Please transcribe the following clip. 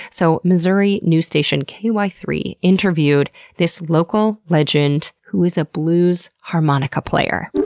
so missouri news station k y three interviewed this local legend, who is a blues harmonica player